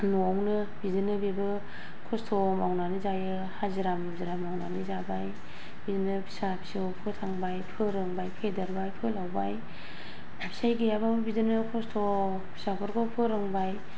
न'आवनो बिदिनो बेबो खसथ' मावनानै जायो हाजिरा मुजिरा मावनानै जाबाय बिदिनो फिसा फिसौ फोथांबाय फोरोंबाय फेदेरबाय फोलावबाय फिसाय गैयाबाबो बिदिनो खसथ' फिसाफोरखौ फोरोंबाय